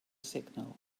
signal